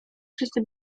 wszyscy